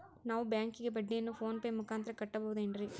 ನಾವು ಬ್ಯಾಂಕಿಗೆ ಬಡ್ಡಿಯನ್ನು ಫೋನ್ ಪೇ ಮೂಲಕ ಕಟ್ಟಬಹುದೇನ್ರಿ?